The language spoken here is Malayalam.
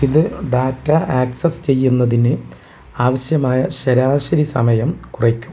ഇത് ഡാറ്റ ആക്സസ് ചെയ്യുന്നതിന് ആവശ്യമായ ശരാശരി സമയം കുറയ്ക്കും